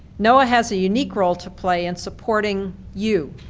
noaa has a unique role to play in supporting you,